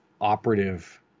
operative